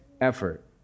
effort